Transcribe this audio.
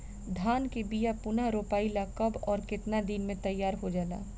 धान के बिया पुनः रोपाई ला कब और केतना दिन में तैयार होजाला?